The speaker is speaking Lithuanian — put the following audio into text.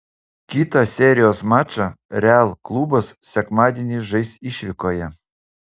kitą serijos mačą real klubas sekmadienį žais išvykoje